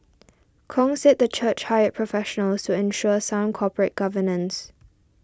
Kong said the church hired professionals to ensure sound corporate governance